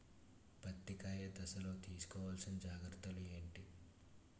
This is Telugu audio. పత్తి కాయ దశ లొ తీసుకోవల్సిన జాగ్రత్తలు ఏంటి?